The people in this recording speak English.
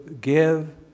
Give